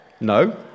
No